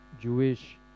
Jewish